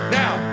now